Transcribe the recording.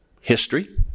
history